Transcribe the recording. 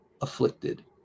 afflicted